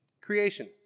Creation